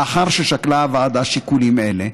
לאחר ששקלה הוועדה שיקולים אלה,